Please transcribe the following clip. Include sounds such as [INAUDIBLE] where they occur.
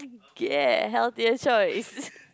yeah healthier choice [LAUGHS]